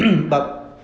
ah